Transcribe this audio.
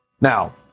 Now